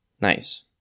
Nice